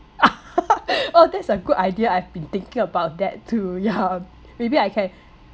oh that's a good idea I've been thinking about that too yeah maybe I can